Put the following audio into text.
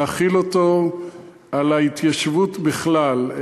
להחיל אותו על ההתיישבות בכלל.